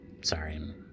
sorry –